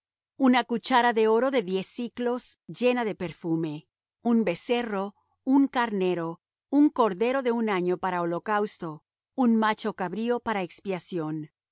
una cuchara de oro de diez siclos llena de perfume un becerro un carnero un cordero de un año para holocausto un macho cabrío para expiación